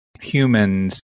humans